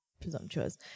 presumptuous